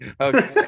okay